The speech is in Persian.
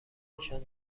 نشان